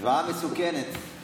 השוואה מסוכנת.